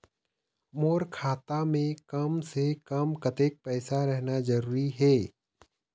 मोर खाता मे कम से से कम कतेक पैसा रहना जरूरी हे?